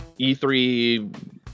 E3